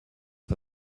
for